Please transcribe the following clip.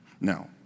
Now